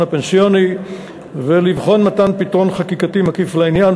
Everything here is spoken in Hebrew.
הפנסיוני ולבחון מתן פתרון חקיקתי מקיף לעניין,